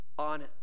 On